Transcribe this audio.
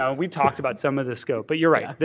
ah we talked about some of the scope, but you're right.